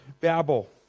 babble